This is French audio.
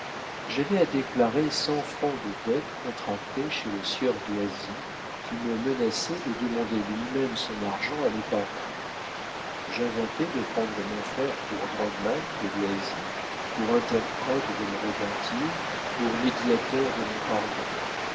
j'avais à déclarer cent francs de dettes contractées chez le sieur doisy qui me menaçait de demander lui-même son argent à mes parents j'inventai de prendre mon frère pour drogman de doisy pour interprète de mon repentir pour médiateur de mon pardon